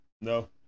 No